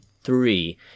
three